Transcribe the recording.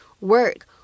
work